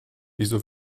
wieso